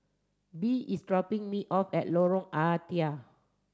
Bee is dropping me off at Lorong Ah Thia